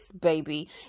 baby